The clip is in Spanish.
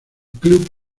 club